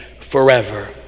forever